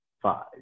five